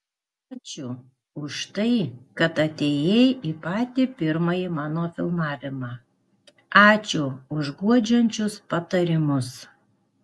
ačiū už tai kad atėjai į patį pirmąjį mano filmavimą ačiū už guodžiančius patarimus